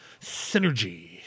synergy